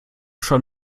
schon